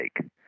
take